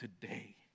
today